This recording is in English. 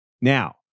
now